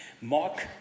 Mark